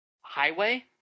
Highway